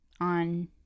on